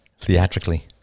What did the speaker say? theatrically